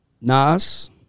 Nas